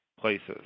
places